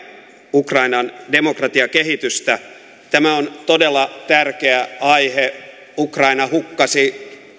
ukrainan demokratiakehitystä tämä on todella tärkeä aihe ukraina hukkasi